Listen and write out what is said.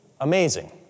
Amazing